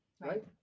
right